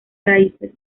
raíces